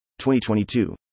2022